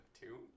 two